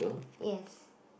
yes